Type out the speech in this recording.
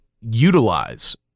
utilize